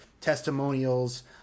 testimonials